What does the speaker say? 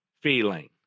feeling